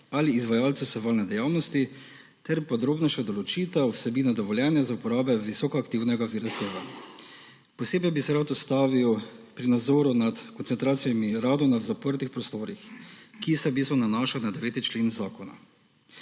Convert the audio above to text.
ali izvajalcu sevalne dejavnosti ter podrobnejša določitev vsebine dovoljenja za uporabo visoko aktivnega vira sevanja. Posebej bi se rad ustavil pri nadzoru nad koncentracijami radona v zaprtih prostorih, ki se v bistvu nanaša na 9. člen zakona.